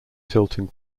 tilting